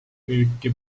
müüki